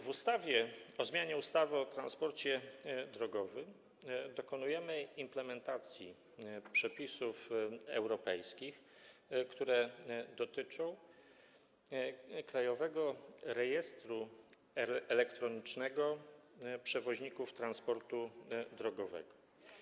W ustawie o zmianie ustawy o transporcie drogowym dokonujemy implementacji przepisów europejskich, które dotyczą Krajowego Rejestru Elektronicznego Przewoźników Transportu Drogowego.